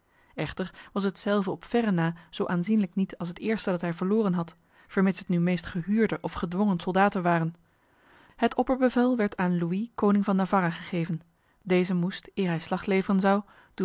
echter was hetzelve op verre na zo aanzienlijk niet als het eerste dat hij verloren had vermits het nu meest gehuurde of gedwongen soldaten waren het opperbevel werd aan louis koning van navarra gegeven deze moest eer hij slag leveren zou